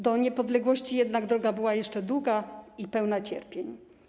Do niepodległości jednak droga była jeszcze długa i pełna cierpień.